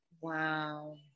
Wow